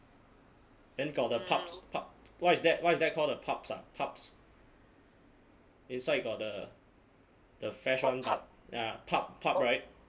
then got the pulps pub [what] is that what is that call the pulps ah pulps inside got the the flesh [one] ya pulp pulp [right]